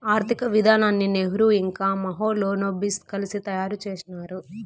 ఆర్థిక విధానాన్ని నెహ్రూ ఇంకా మహాలనోబిస్ కలిసి తయారు చేసినారు